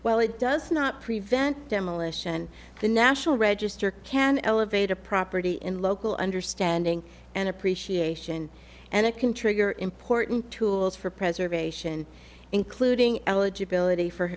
well it does not prevent demolition the national register can elevate a property in local understanding and appreciation and it can trigger important tools for preservation including eligibility for